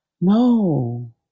no